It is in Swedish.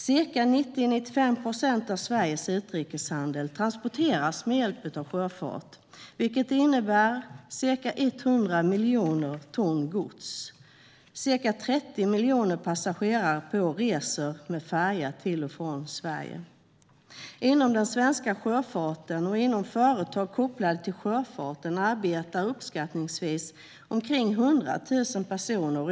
Ca 90-95 procent av Sveriges utrikeshandel transporteras med hjälp av sjöfart, vilket innebär ca 180 miljoner ton gods. Ca 30 miljoner passagerare per år reser med färja till och från Sverige. Inom den svenska sjöfarten och inom företag kopplade till sjöfarten arbetar uppskattningsvis omkring 100 000 personer.